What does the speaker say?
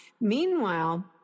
Meanwhile